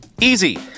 Easy